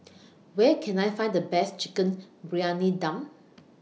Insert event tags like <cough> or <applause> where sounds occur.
<noise> Where Can I Find The Best Chicken Briyani Dum